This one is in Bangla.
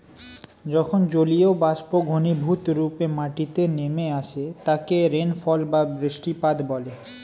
যখন জলীয়বাষ্প ঘনীভূতরূপে মাটিতে নেমে আসে তাকে রেনফল বা বৃষ্টিপাত বলে